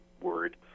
word